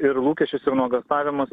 ir lūkesčius ir nuogąstavimus